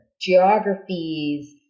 geographies